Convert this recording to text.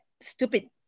stupid